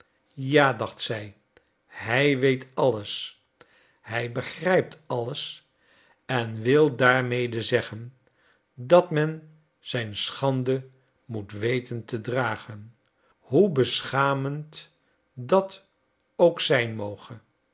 ja dacht zij hij weet alles hij begrijpt alles en wil daarmede zeggen dat men zijn schande moet weten te dragen hoe beschamend dat ook zijn moge